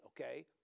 okay